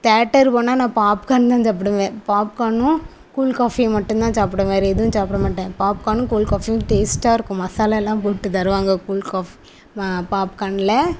theatre போனால் நான் popcorn தான் சாப்பிடுவேன் பாப்கார்னும் கூல் காஃபி மட்டுந்தான் சாப்பிடுவேன் வேற எதுவும் சாப்பிட மாட்டேன் பாப்கார்னும் கூல்காஃபியும் டேஸ்ட்டாக இருக்கும் மசாலாலாம் போட்டு தருவாங்க கூல் காஃபி பாப்கார்ன்ல